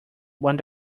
one